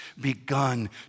begun